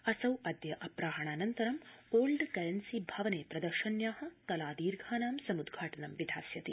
असौ अद्य अपराह्वानन्तरम् ओल्ड करेंसी भवने प्रदर्शन्या कला दीर्घानां समुद्घाटनं विधास्यति